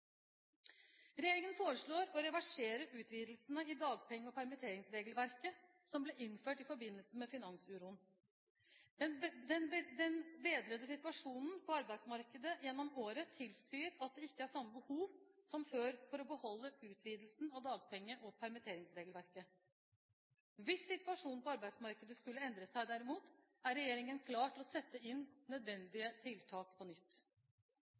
Regjeringen foreslår å reversere utvidelsene i dagpenge- og permitteringsregelverket som ble innført i forbindelse med finansuroen. Den bedrede situasjonen på arbeidsmarkedet gjennom året tilsier at det ikke er samme behov som før for å beholde utvidelsen av dagpenge- og permitteringsregelverket. Hvis situasjonen på arbeidsmarkedet derimot skulle endre seg, er regjeringen klar til å sette inn nødvendige tiltak på nytt.